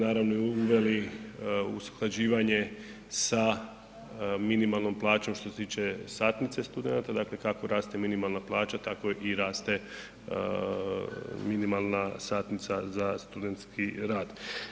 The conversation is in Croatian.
Naravno, i uveli usklađivanje sa minimalnom plaćom što se tiče satnice studenata, dakle kako raste minimalna plaća, tamo i raste minimalna satnica za studentski rad.